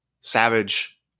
Savage